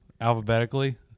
alphabetically